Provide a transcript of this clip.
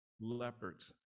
leopards